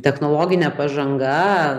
technologine pažanga vėlgi mes